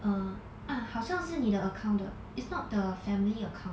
err uh 好像是你的 account 的 it's not the family account